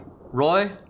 Roy